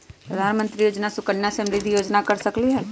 प्रधानमंत्री योजना सुकन्या समृद्धि योजना कर सकलीहल?